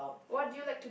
what do you like to